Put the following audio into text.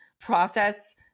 process